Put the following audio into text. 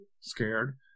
scared